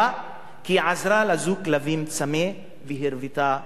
כי היא עזרה לזוג כלבים צמא והרוותה אותו.